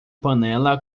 panela